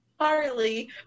Harley